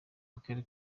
w’akarere